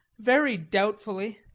very doubtfully.